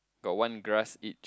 got one grass each